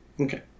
okay